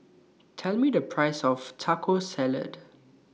Tell Me The Price of Taco Salad